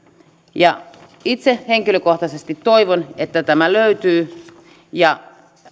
itse henkilökohtaisesti toivon että tämä löytyy